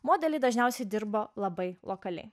modeliai dažniausiai dirba labai lokaliai